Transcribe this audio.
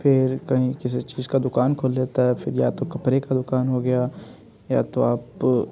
फिर कहीं किसी चीज़ का दुकान खोल लेता है फिर या तो कपड़े का दुकान हो गया या तो आप